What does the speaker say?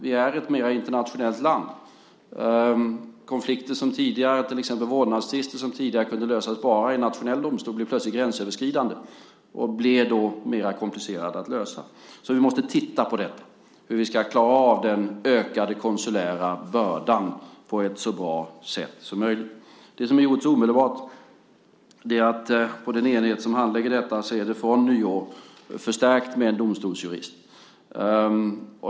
Vi är ett mer internationellt land. Konflikter om vårdnadstvister som tidigare kunde lösas bara i nationell domstol är plötsligt gränsöverskridande och blir då mer komplicerade att lösa. Vi måste titta på hur vi ska klara av den ökade konsulära bördan på ett så bra sätt som möjligt. Det som har gjorts omedelbart är att den enhet som handlägger detta sedan nyår är förstärkt med en domstolsjurist.